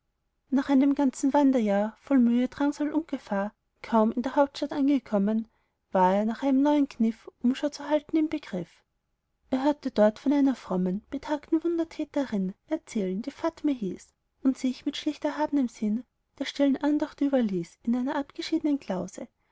nach einem ganzen wanderjahr voll mühe drangsal und gefahr kaum in der hauptstadt angekommen war er nach einem neuen kniff umschau zu halten im begriff er hörte dort von einer frommen betagten wundertäterin erzählen die fatime hieß und sich mit schlicht erhabnem sinn der stillen andacht überließ in einer abgeschiednen klause